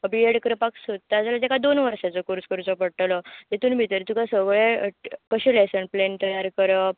बी Ed करपाक सोदता जाल्यार तेका दोन वर्साचो कोर्स करचो पट्टलो तितूर भितर तुका सगळें कशें लॅसन प्लॅन तयार करप